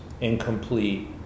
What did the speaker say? incomplete